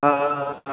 ओ